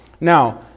Now